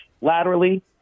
laterally